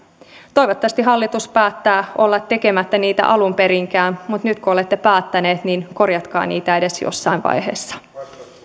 toivottavasti hallitus päättää olla tekemättä niitä alun perinkään mutta nyt kun olette päättäneet niin korjatkaa niitä edes jossain vaiheessa